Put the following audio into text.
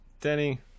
denny